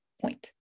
point